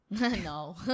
no